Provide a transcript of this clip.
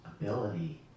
ability